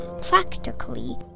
practically